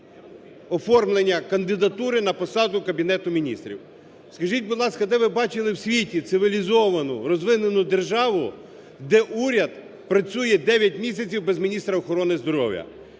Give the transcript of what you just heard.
оформлення кандидатури на посаду Кабінету Міністрів. Скажіть, будь ласка, де ви бачили в світі цивілізовану розвинену державу, де уряд працює 9 місяців без міністра охорони здоров'я?